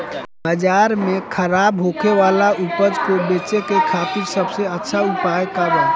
बाजार में खराब होखे वाला उपज को बेचे के खातिर सबसे अच्छा उपाय का बा?